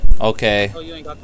Okay